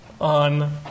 on